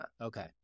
okay